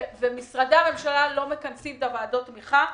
ומשרדי הממשלה לא מכנסים את ועדות התמיכה.